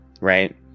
right